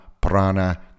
prana